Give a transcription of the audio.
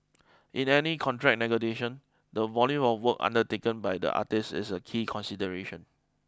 in any contract negotiation the volume of work undertaken by the artiste is a key consideration